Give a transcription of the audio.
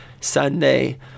sunday